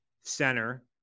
center